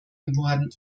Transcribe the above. geworden